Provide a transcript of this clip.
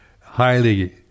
highly